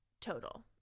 total